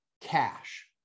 cash